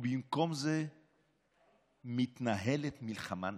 ובמקום זה מתנהלת מלחמה נגדם,